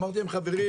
אמרתי להם חברים,